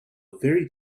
very